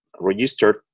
registered